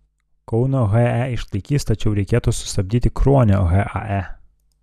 kauno he išlaikys tačiau reikėtų sustabdyti kruonio hae